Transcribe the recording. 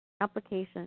Application